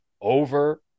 over-